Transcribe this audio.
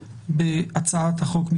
קיימנו מספר דיונים בהצעת החוק הזו.